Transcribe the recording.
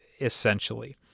essentially